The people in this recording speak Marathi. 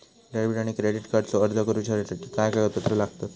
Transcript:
डेबिट आणि क्रेडिट कार्डचो अर्ज करुच्यासाठी काय कागदपत्र लागतत?